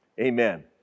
Amen